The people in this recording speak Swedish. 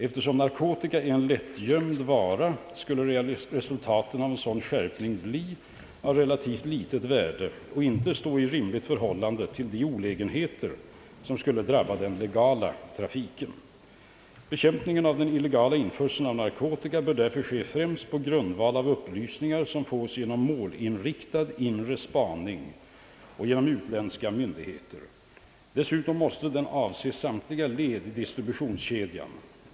Eftersom narkotika är en lättgömd vara, skulle resultaten av en sådan skärpning bli av relativt litet värde och inte stå i rimligt förhållande till de olägenheter som skulle drabba den legala trafiken. Bekämpningen av den illegala införseln av narkotika bör därför ske främst på grundval av upplysningar som fås genom målinriktad inre spaning och genom utländska myndigheter. Dessutom måste den avse samtliga led i distributionskedjan.